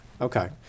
Okay